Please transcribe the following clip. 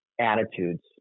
attitudes